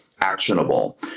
actionable